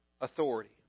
authority